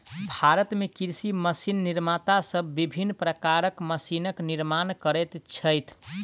भारत मे कृषि मशीन निर्माता सब विभिन्न प्रकारक मशीनक निर्माण करैत छथि